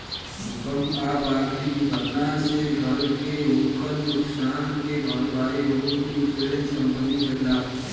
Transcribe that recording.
भूकंप आ बाकी दुर्घटना से घर के होखल नुकसान के भारपाई होम इंश्योरेंस कंपनी करेले